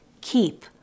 keep